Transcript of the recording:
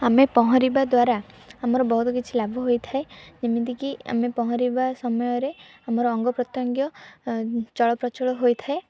ଆମେ ପହଁରିବା ଦ୍ୱାରା ଆମର ବହୁତ କିଛି ଲାଭ ହୋଇଥାଏ ଏମିତିକି ଆମେ ପହଁରିବା ସମୟରେ ଆମର ଅଙ୍ଗପ୍ରତ୍ୟଙ୍ଗ ଚଳପ୍ରଚଳ ହୋଇଥାଏ